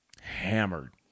hammered